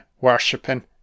worshipping